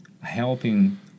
helping